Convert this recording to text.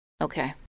Okay